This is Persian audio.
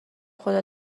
خدا